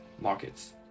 markets